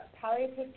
Palliative